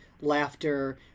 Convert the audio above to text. laughter